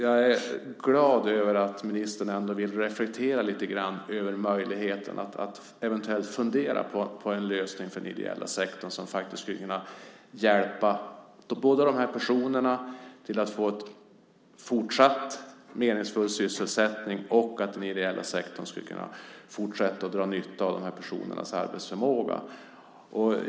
Jag är glad över att ministern ändå vill reflektera lite grann över möjligheten att eventuellt fundera på en lösning för den ideella sektorn som är sådan att de här personerna kan hjälpas till att fortsatt få en meningsfull sysselsättning och som är sådan att den ideella sektorn fortsatt kan dra nytta av de här personernas arbetsförmåga.